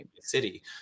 city